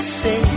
say